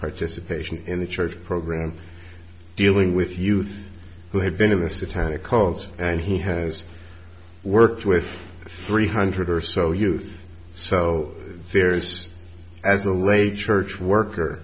participation in the church program dealing with youth who have been in the satanic cults and he has worked with three hundred or so youth so various as the late church worker